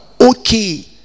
okay